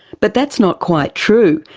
but that's not quite true.